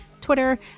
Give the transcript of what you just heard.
Twitter